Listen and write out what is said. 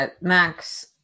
Max